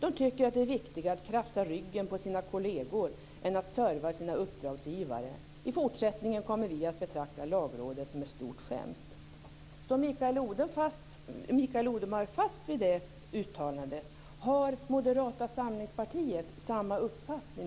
Det tycker att det är viktigare att krafsa ryggen på sina kolleger än att serva sina uppdragsgivare. I fortsättningen kommer vi att betrakta Lagrådet som ett stort skämt. Står Mikael Odenberg fast vid det uttalandet? Har Moderata samlingspartiet samma uppfattning?